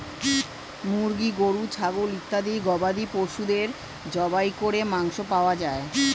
মুরগি, গরু, ছাগল ইত্যাদি গবাদি পশুদের জবাই করে মাংস পাওয়া যায়